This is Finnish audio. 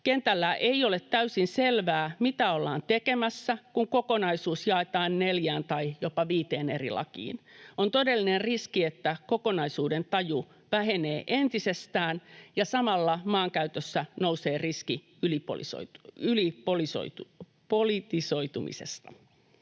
”kentällä ei ole täysin selvää, mitä ollaan tekemässä, kun kokonaisuus jaetaan neljään tai jopa viiteen eri lakiin. On todellinen riski, että kokonaisuuden taju vähenee entisestään ja samalla maankäytössä nousee riski ylipolitisoitumisesta.”